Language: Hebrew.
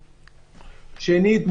שנית,